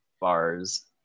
bars